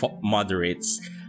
moderates